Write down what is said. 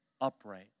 upright